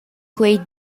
quei